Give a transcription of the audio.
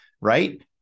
right